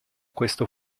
questo